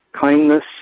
kindness